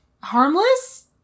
Harmless